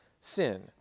sin